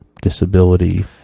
Disability